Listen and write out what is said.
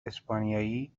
اسپانیایی